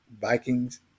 Vikings